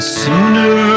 sooner